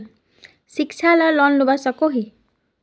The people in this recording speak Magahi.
शिक्षा ला लोन लुबा सकोहो?